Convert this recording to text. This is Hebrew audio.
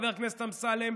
חבר הכנסת אמסלם,